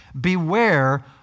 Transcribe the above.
beware